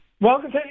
Welcome